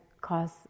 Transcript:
cause